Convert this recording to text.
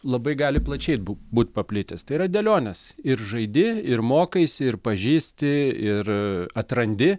labai gali plačiai bū būt paplitęs tai yra dėlionės ir žaidi ir mokaisi ir pažįsti ir atrandi